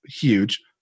huge